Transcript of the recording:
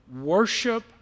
worship